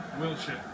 Wilshire